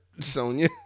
Sonya